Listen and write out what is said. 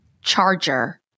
charger